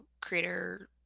creator